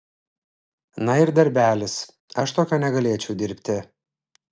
na ir darbelis aš tokio negalėčiau dirbti